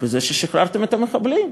בזה ששחררתם את המחבלים.